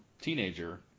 teenager